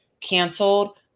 canceled